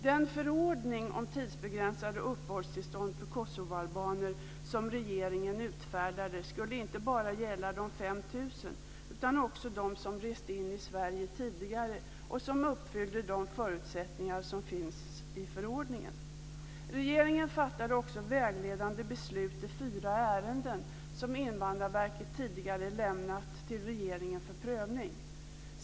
Den förordning om tidsbegränsade uppehållstillstånd för kosovoalbaner som regeringen utfärdade skulle inte bara gälla de 5 000, utan också de som rest in i Sverige tidigare och som uppfyllde de förutsättningar som finns i förordningen. Regeringen fattade också vägledande beslut i fyra ärenden som Invandrarverket tidigare lämnat till regeringen för prövning.